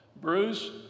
Bruce